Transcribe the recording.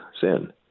sin